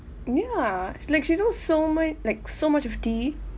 ya like she knows so much like so much of tea